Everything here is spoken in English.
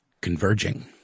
converging